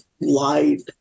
light